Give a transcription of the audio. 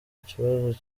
kibazo